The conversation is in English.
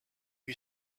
you